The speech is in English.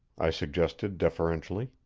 i suggested deferentially.